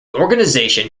organization